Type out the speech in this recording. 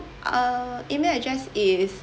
uh email address is